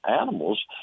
animals